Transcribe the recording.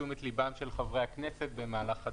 תשומת לבם של חברי הכנסת במהלך הדיון.